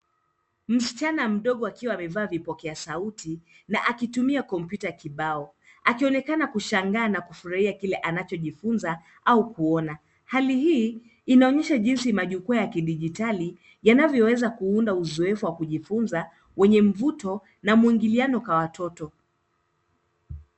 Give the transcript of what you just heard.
Msichana mdogo akiwa amevaa vipokea sauti na akitumia kompyuta kibao akionekana kushangaa na kufurahia kile anachojifunza au kuona. Hali hii inaonyesha jinsi majukwaa ya kidijitali yanavyoweza kuunda uzoefu wa kujifunza wenye mvuto na mwingiliano kwa watoto.